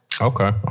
Okay